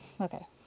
Okay